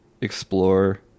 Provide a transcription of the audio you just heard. explore